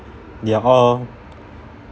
they are all